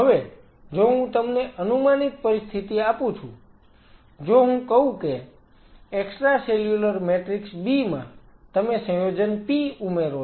હવે જો હું તમને અનુમાનિત પરિસ્થિતિ આપું છું જો હું કહું કે એક્સ્ટ્રાસેલ્યુલર મેટ્રિક્સ B માં તમે સંયોજન P ઉમેરો છો